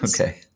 Okay